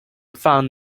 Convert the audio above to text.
found